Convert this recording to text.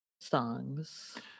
songs